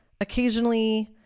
occasionally